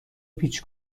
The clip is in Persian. پیچ